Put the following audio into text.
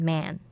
Man